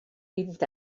vint